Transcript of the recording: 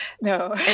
No